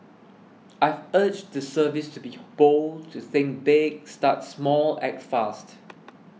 I've urged the service to be bold to think big start small act fast